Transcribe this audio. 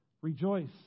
Rejoice